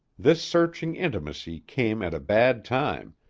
this searching intimacy came at a bad time,